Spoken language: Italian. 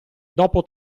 dopo